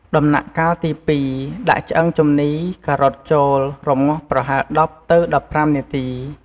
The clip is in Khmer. ដំណាក់់កាលទី២ដាក់ឆ្អឹងជំនី ការ៉ុតចូល រម្ងាស់ប្រហែល ១០ ទៅ១៥នាទី។